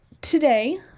today